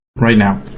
right now.